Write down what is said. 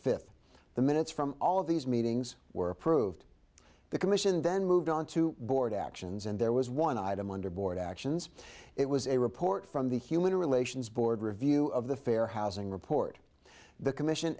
fifth the minutes from all these meetings were approved the commission then moved on to board actions and there was one item under board actions it was a report from the human relations board review of the fair housing report the commission